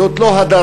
זאת לא הדרה.